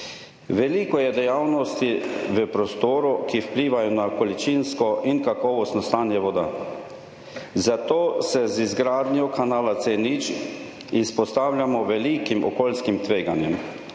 Veliko je dejavnosti v prostoru, ki vplivajo na količinsko in kakovostno stanje voda, zato se z izgradnjo kanala C0 izpostavljamo velikim okolijskim tveganjem,